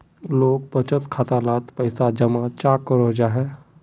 लोग बचत खाता डात पैसा जमा चाँ करो जाहा?